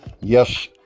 yes